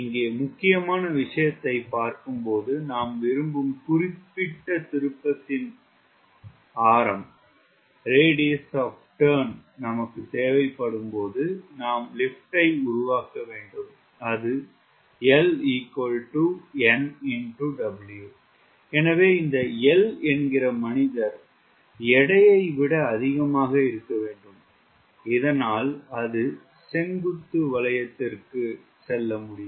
இங்கே முக்கியமான விஷயத்தைப் பார்க்கும்போது நாம் விரும்பும் குறிப்பிட்ட திருப்பத்தின் ஆரம் நமக்கு தேவைப்படும் போது நாம் லிப்ட் ஐ உருவாக்க வேண்டும் அது எனவே இந்த L என்கிற மனிதர் எடையை விட அதிகமாக இருக்க வேண்டும் இதனால் அது செங்குத்து வளையத்திற்கு செல்ல முடியும்